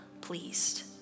pleased